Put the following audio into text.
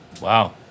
Wow